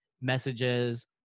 messages